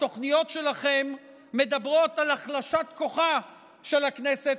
התוכניות שלכם מדברות על החלשת כוחה של הכנסת,